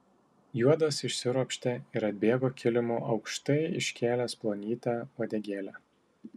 juodas išsiropštė ir atbėgo kilimu aukštai iškėlęs plonytę uodegėlę